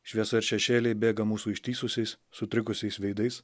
šviesa ir šešėliai bėga mūsų ištįsusiais sutrikusiais veidais